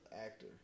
Actor